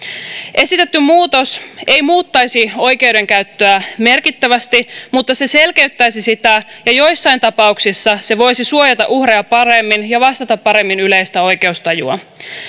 esitetty muutos ei muuttaisi oikeudenkäyttöä merkittävästi mutta se selkeyttäisi sitä ja joissain tapauksissa se voisi suojata uhreja paremmin ja vastata paremmin yleistä oikeustajua